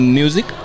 music